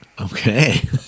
Okay